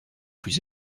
plus